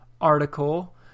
article